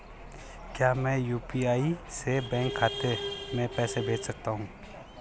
क्या मैं यु.पी.आई से बैंक खाते में पैसे भेज सकता हूँ?